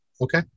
Okay